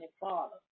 Father